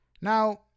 Now